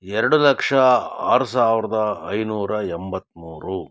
ಎರಡು ಲಕ್ಷ ಆರು ಸಾವಿರದ ಐನೂರ ಎಂಬತ್ತ್ಮೂರು